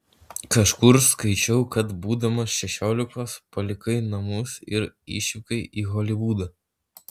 kažkur skaičiau kad būdamas šešiolikos palikai namus ir išvykai į holivudą